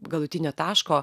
galutinio taško